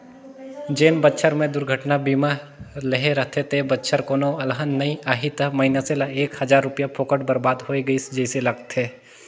जेन बच्छर मे दुरघटना बीमा लेहे रथे ते बच्छर कोनो अलहन नइ आही त मइनसे ल एक हजार रूपिया फोकट बरबाद होय गइस जइसे लागथें